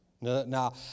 Now